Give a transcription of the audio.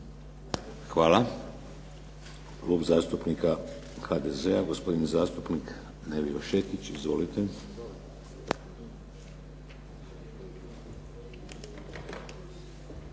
Hvala. Klub zastupnika HDZ-a, gospodin zastupnik Nevio Šetić. Izvolite.